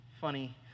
funny